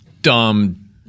dumb